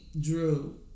Drew